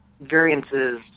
variances